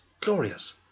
Glorious